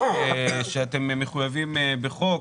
שאתם מחויבים בחוק,